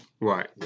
Right